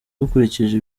dukurikije